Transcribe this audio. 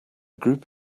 group